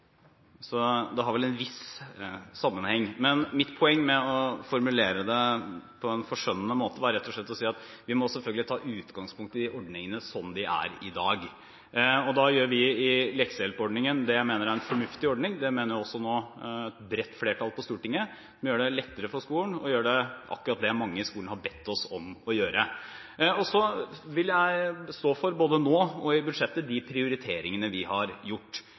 så det har vel en viss sammenheng. Mitt poeng med å formulere det på en forskjønnende måte, var rett og slett å si at vi må ta utgangspunkt i ordningene som de er i dag. Jeg mener leksehjelpordningen er en fornuftig ordning. Det mener nå også et bredt flertall på Stortinget. Det gjør det lettere for skolen å gjøre akkurat det mange i skolen har bedt oss om å gjøre. Så vil jeg stå for – både nå og i budsjettet – de prioriteringene vi har gjort.